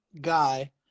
guy